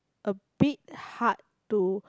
a bit hard to